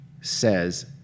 says